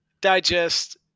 digest